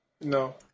No